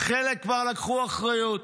חלק כבר לקחו אחריות,